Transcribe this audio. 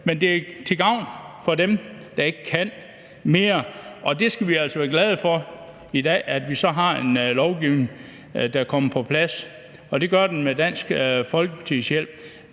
Men det er til gavn for dem, der ikke kan mere, og der skal vi altså være glade for, at vi i dag har en lovgivning, der er kommet på plads, og det er den med Dansk Folkepartis hjælp.